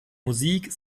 musik